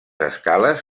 escales